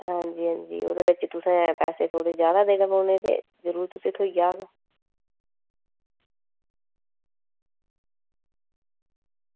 ओह्दे बिच तुसें किश पैसे जादा देने पौने ते जरूर तुसेंगी थ्होई जाह्ग